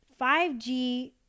5G